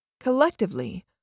Collectively